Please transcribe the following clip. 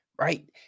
right